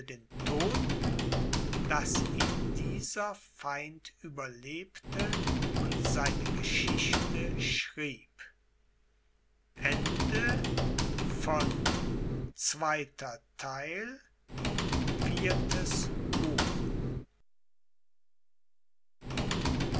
den todten daß ihn dieser feind überlebte und seine geschichte schrieb